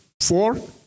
Four